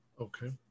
Okay